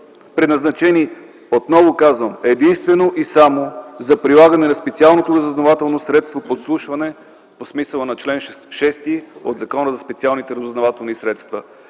предназначени, отново казвам, единствено и само за прилагане на специалното разузнавателно средство подслушване по смисъла на чл. 6 от Закона за специалните разузнавателни средства.